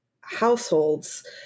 households